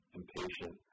impatient